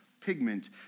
pigment